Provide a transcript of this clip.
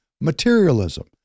Materialism